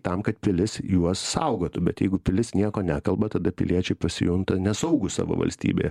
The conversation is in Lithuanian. tam kad pilis juos saugotų bet jeigu pilis nieko nekalba tada piliečiai pasijunta nesaugūs savo valstybėje